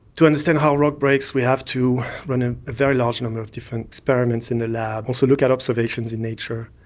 to understand how a rock breaks we have to run a very large number of different experiments in a lab, also look at observations in nature.